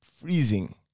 freezing